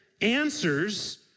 answers